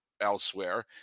elsewhere